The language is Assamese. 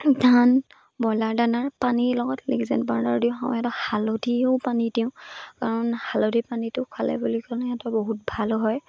ধান ব্ৰইলাৰ দানাৰ পানীৰ লগত লেকজেন পাউদাৰ দিওঁ আৰু সিহঁতক হালধিও পানী দিওঁ কাৰণ হালধি পানীটো খালে বুলি ক'লে সিহঁতৰ বহুত ভালো হয়